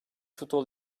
futbol